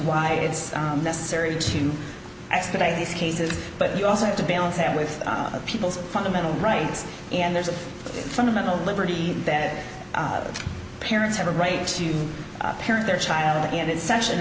why it's necessary to expedite these cases but you also have to balance that with people's fundamental rights and there's a fundamental liberty that parents have a right to parent their child and it's such an